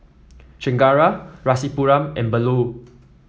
Chengara Rasipuram and Bellur